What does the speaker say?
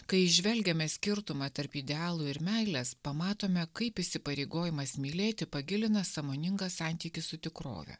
kai įžvelgiame skirtumą tarp idealų ir meilės pamatome kaip įsipareigojimas mylėti pagilina sąmoningą santykį su tikrove